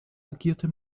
agierte